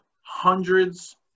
hundreds